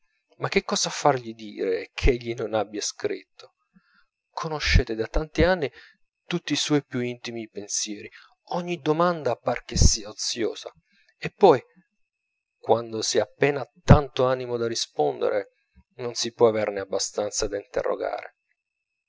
ma che cosa fargli dire ch'egli non abbia scritto conoscete da tanti anni tutti i suoi più intimi pensieri ogni domanda par che sia oziosa e poi quando si ha appena tanto animo da rispondere non si può averne abbastanza da interrogare